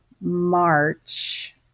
March